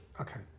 Okay